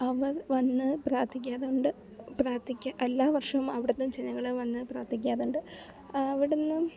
അവർ വന്ന് പ്രാർത്ഥിക്കാറുണ്ട് പ്രാർത്ഥിക്കാൻ എല്ലാ വർഷവും അവിടെന്ന് ജനങ്ങൾ വന്ന് പ്രാർത്ഥിക്കാറുണ്ട് അവിടെന്ന്